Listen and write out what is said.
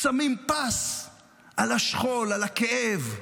שמים פס על השכול, על הכאב,